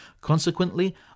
Consequently